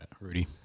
Rudy